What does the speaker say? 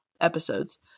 episodes